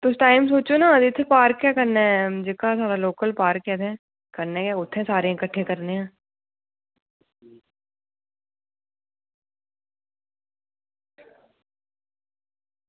तुस टाइम सोचो ना इत्थें पार्क ऐ कन्नै जेह्का साढ़ा लोकल पार्क ऐ ते कन्नै गै उत्थें सारें गी किट्ठे करने आं